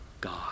God